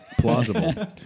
plausible